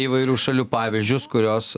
įvairių šalių pavyzdžius kurios